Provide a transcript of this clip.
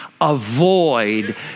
avoid